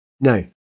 No